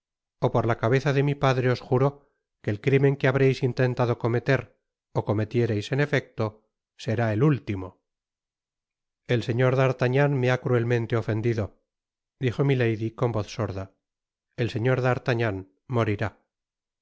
ó por la cabeza de mi padre os juro que el crimen que habreis intentado cometer ó cometiereis en efecto será el último el señor d'artagnan me ba cruelmente ofendido dijo mitady con voz sorda el señor d'artagnan morirá